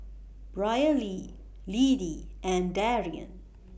Brylee Lidie and Darrion